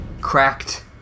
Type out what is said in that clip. cracked